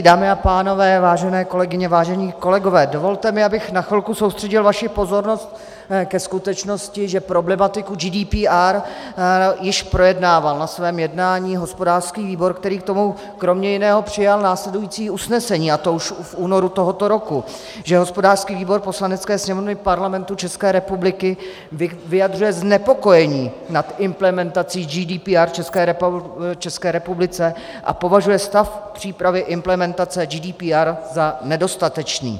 Dámy a pánové, vážené kolegyně, vážení kolegové, dovolte mi, abych na chvilku soustředil vaši pozornost ke skutečnosti, že problematiku GDPR již projednával na svém jednání hospodářský výbor, který k tomu kromě jiného přijal následující usnesení, a to už v únoru tohoto roku, že hospodářský výbor Poslanecké sněmovny Parlamentu České republiky vyjadřuje znepokojení nad implementací GDPR v České republice a považuje stav přípravy implementace GDPR za nedostatečný.